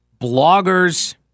blogger's